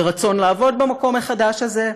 ורצון לעבוד במקום החדש הזה.